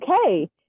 okay